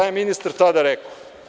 Šta je ministar tada rekao?